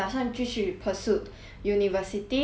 university or just start to find work